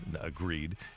agreed